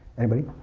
anybody?